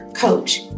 coach